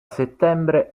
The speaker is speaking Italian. settembre